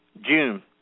June